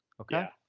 Okay